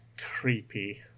creepy